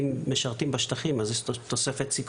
אם משרתים בשטחים יש תוספת סיכון.